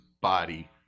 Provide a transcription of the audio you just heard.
body